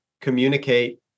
communicate